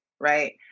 right